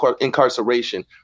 incarceration